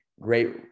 great